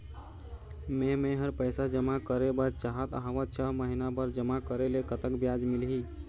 मे मेहर पैसा जमा करें बर चाहत हाव, छह महिना बर जमा करे ले कतक ब्याज मिलही?